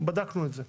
בדקנו את זה.